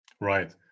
Right